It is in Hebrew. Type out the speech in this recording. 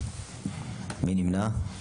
6. מי נמנע?